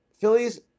Phillies